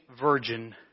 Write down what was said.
virgin